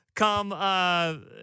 come